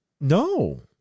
No